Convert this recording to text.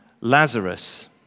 Lazarus